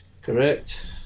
Correct